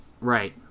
Right